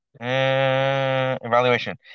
evaluation